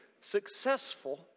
successful